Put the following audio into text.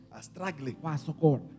struggling